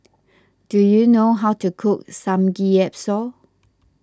do you know how to cook Samgyeopsal